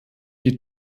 die